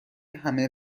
همه